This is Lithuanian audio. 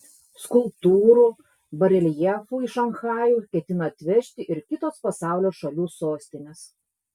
skulptūrų bareljefų į šanchajų ketina atvežti ir kitos pasaulio šalių sostinės